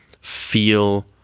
feel